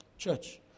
Church